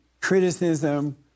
criticism